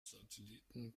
satelliten